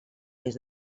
més